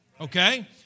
Okay